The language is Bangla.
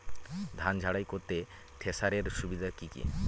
ধান ঝারাই করতে থেসারের সুবিধা কি কি?